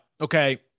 Okay